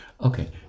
Okay